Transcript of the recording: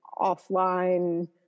offline